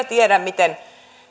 tiedä miten